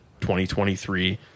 2023